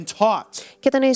taught